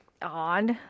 odd